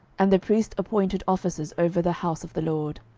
and the priest appointed officers over the house of the lord.